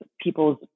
People's